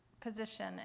position